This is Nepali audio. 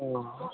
अँ